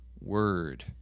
word